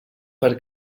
per